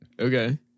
Okay